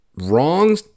wrong